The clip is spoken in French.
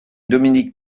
dominique